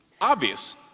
Obvious